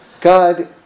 God